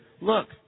look